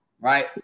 Right